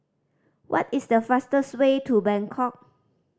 what is the fastest way to Bangkok